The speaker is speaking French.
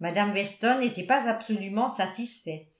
mme weston n'était pas absolument satisfaite